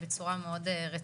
בצורה מאוד רצינית,